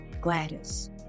Gladys